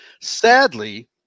Sadly